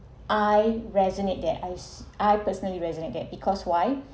I resonate the ice I personally resonated because why